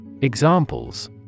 Examples